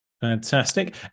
Fantastic